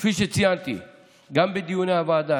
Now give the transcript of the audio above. כפי שציינתי גם בדיוני הוועדה,